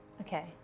Okay